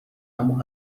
اما